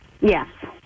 Yes